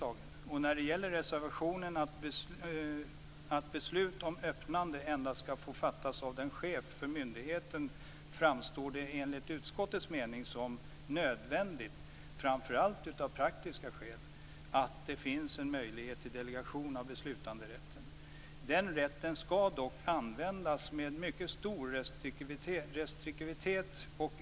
reservationen framgår att beslut om öppnande endast skall få fattas av chefen för myndigheten. Enligt utskottet mening framstår det som nödvändigt, framför allt av praktiska skäl, att det finns en möjlighet till delegation av beslutanderätten. Den rätten skall dock användas med stor restriktivitet.